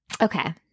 Okay